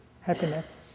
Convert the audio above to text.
happiness